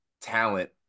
talent